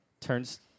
turns